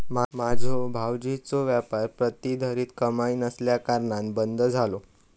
माझ्यो भावजींचो व्यापार प्रतिधरीत कमाई नसल्याकारणान बंद झालो